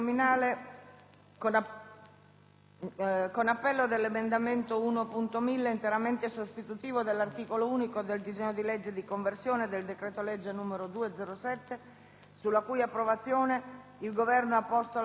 sulla cui approvazione il Governo ha posto la questione di fiducia: